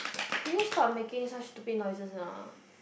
can you stop making such stupid noises or not